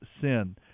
sin